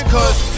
Cause